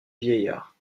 vieillards